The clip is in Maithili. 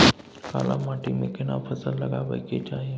काला माटी में केना फसल लगाबै के चाही?